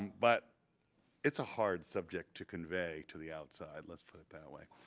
but it's a hard subject to convey to the outside. let's put it that way.